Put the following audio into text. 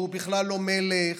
והוא בכלל לא מלך,